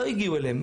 לא הגיעו אליהם.